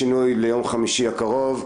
שינוי ליום חמישי הקרוב,